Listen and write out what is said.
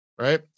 right